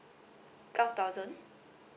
twelve thousand